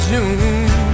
June